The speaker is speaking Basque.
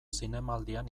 zinemaldian